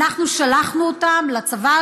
אנחנו שלחנו אותם לצבא,